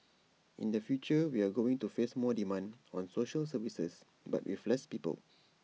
in the future we are going to face more demand on social services but with less people